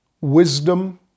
wisdom